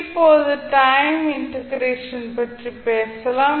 இப்போது time integration பற்றி பேசலாம்